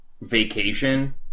vacation